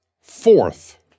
Fourth